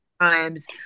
times